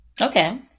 Okay